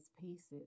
pieces